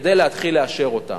כדי להתחיל לאשר אותן.